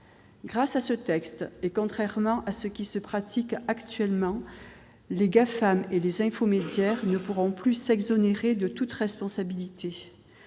Grâce à ce texte, contrairement ce qui se pratique actuellement, les Gafam et les infomédiaires ne pourront plus s'exonérer de toute responsabilité.